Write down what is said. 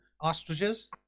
Ostriches